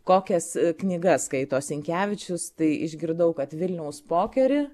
kokias knygas skaito sinkevičius tai išgirdau kad vilniaus pokerį